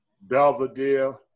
Belvedere